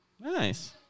Nice